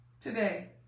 today